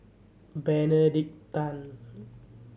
Benedict Tan